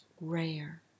rare